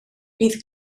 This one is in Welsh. bydd